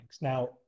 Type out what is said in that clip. Now